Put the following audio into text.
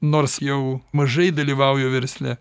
nors jau mažai dalyvauju versle